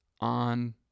on